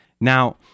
Now